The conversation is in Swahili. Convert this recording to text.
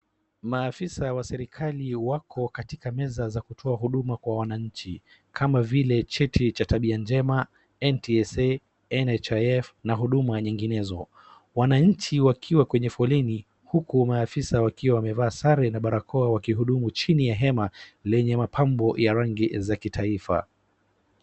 Maafisa wa serikali wako katika meza za kutoa huduma kwa wananchi kama vile cheti cha tabia njema ,NTSA, NHF na huduma zinginezo. Wananchi wakiwa foleni huku maafisa wakiwa wamevaa sare na barakoa wakihudumu chini ya hema lenye mapambo ya rangi za kitaifa.